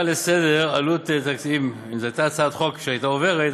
אם הצעת החוק הייתה עוברת,